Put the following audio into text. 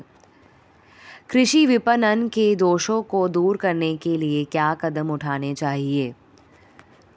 कृषि विपणन के दोषों को दूर करने के लिए क्या कदम उठाने चाहिए?